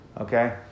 Okay